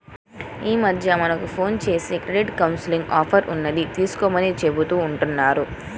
యీ మద్దెన మనకు ఫోన్ జేసి క్రెడిట్ కౌన్సిలింగ్ ఆఫర్ ఉన్నది తీసుకోమని చెబుతా ఉంటన్నారు